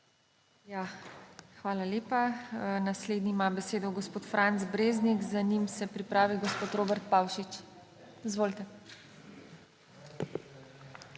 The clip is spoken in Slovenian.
Hvala lepa. Naslednji ima besedo gospod Franc Breznik, za njim se pripravi gospod Robert Pavšič. Izvolite.